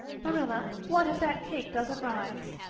marilla, what if that cake doesn't rise?